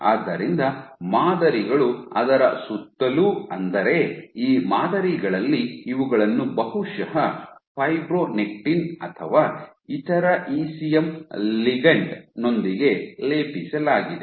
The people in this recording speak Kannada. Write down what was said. ಆದ್ದರಿಂದ ಮಾದರಿಗಳು ಅದರ ಸುತ್ತಲೂ ಅಂದರೆ ಈ ಮಾದರಿಗಳಲ್ಲಿ ಇವುಗಳನ್ನು ಬಹುಶಃ ಫೈಬ್ರೊನೆಕ್ಟಿನ್ ಅಥವಾ ಇತರ ಇಸಿಎಂ ಲಿಗಂಡ್ ನೊಂದಿಗೆ ಲೇಪಿಸಲಾಗಿದೆ